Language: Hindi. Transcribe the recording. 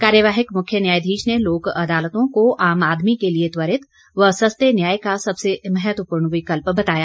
कार्यवाहक मुख्य न्यायाधीश ने लोक अदालतों को आम आदमी के लिए त्वरित व सस्ते न्याय का सबसे महत्वपूर्ण विकल्प बताया